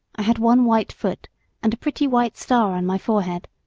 i had one white foot and a pretty white star on my forehead.